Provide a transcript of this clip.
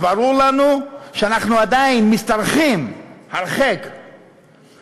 אז ברור לנו שאנחנו עדיין משתרכים הרחק אחרי